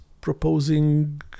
proposing